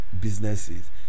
businesses